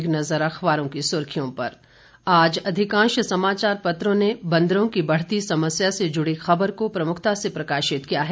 एक नज़र अखबारों की सुर्खियों पर आज अधिकांश समाचार पत्रों ने बंदरों की बढ़ती समस्या से जुड़ी खबर को प्रमुखता से प्रकाशित किया है